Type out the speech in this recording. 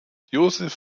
josef